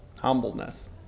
Humbleness